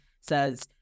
says